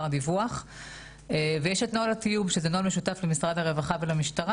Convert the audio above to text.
דיווח ויש את נוהל התיוג שזה נוהל משותף למשרד הרווחה ולמשטרה